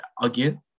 again